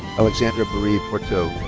alexandra marie pourteau.